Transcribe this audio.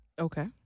Okay